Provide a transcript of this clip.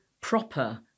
proper